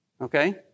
Okay